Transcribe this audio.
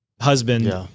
husband